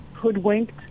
hoodwinked